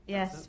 Yes